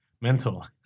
mental